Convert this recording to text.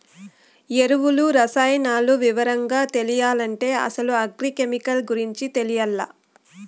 ఎరువులు, రసాయనాలు వివరంగా తెలియాలంటే అసలు అగ్రి కెమికల్ గురించి తెలియాల్ల